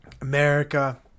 America